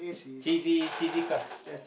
cheesy cheesy crust